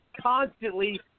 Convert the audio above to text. constantly